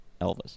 Elvis